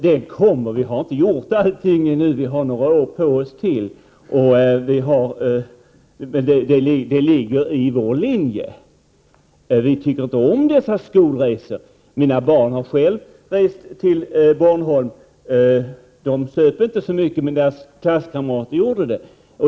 Den kommer — vi har ännu inte gjort allting; vi har några år till på oss. Men det ligger i linje med vår politik. Vi tycker inte om dessa skolresor. Mina egna barn har rest till Bornholm — de söp inte så mycket, men deras klasskamrater gjorde det.